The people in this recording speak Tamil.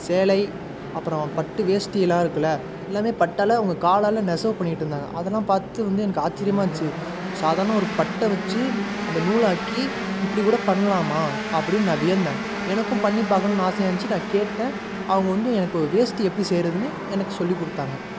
சேலை அப்பறம் பட்டு வேஷ்ட்டியிலாம் இருக்கில்ல எல்லாமே பட்டால அவங்க காலால நெசவு பண்ணிகிட்டுருந்தாங்க அதெல்லாம் பார்த்து வந்து எனக்கு ஆச்சரியமா இருந்திச்சி சாதாரண ஒரு பட்டை வச்சி அதை நூலாக்கி இப்படி கூட பண்ணலாமா அப்படின் நான் வியந்தேன் எனக்கும் பண்ணி பார்க்கணுன் ஆசையாக இருந்திச்சி நான் கேட்டேன் அவங்க வந்து எனக்கு வேஷ்ட்டி எப்படி செய்கிறதுனு எனக்கு சொல்லிக் கொடுத்தாங்க